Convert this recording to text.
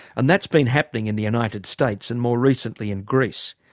and that's been happening in the united states and more recently in greece,